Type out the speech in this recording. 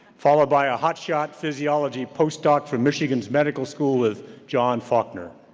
followed by a hotshot physiology postdoc from michigan's medical school is john faulkner.